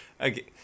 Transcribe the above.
okay